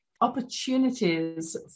opportunities